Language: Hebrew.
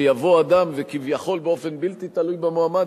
שיבוא אדם וכביכול באופן בלתי תלוי במועמד,